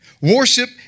Worship